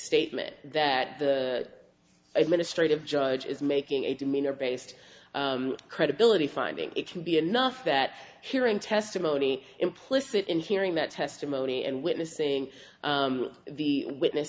statement that the administrative judge is making a demeanor based credibility finding it can be enough that hearing testimony implicit in hearing that testimony and witnessing the witness